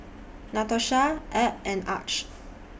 Natosha Ebb and Arch